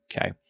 Okay